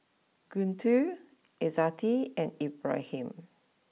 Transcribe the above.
Guntur Izzati and Ibrahim